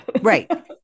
Right